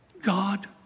God